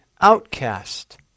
outcast